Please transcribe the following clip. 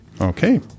Okay